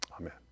Amen